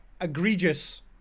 egregious